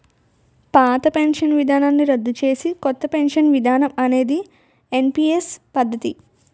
పాత పెన్షన్ విధానాన్ని రద్దు చేసి కొత్త పెన్షన్ విధానం అనేది ఎన్పీఎస్ పద్ధతి